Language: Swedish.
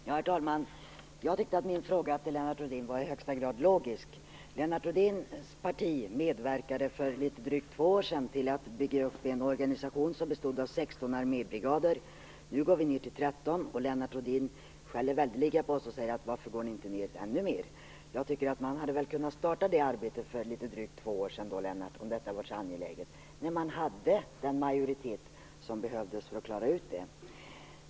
Herr talman! Min fråga till Lennart Rohdin var i högsta grad logisk. Lennart Rohdins parti medverkade för litet drygt två år sedan till att bygga upp en organisation som bestod av 16 armébrigader. Nu går vi ned till 13, och Lennart Rohdin skäller väldeliga på oss och säger: Varför går ni inte ned ännu mer? Jag tycker att man väl kunde ha startat det arbetet för litet drygt två år sedan, Lennart Rohdin, om detta hade varit så angeläget, då man hade den majoritet som behövdes för att klara detta.